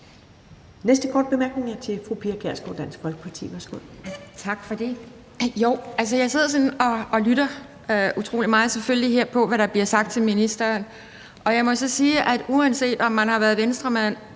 næste korte bemærkning er til fru Pia Kjærsgaard, Dansk Folkeparti.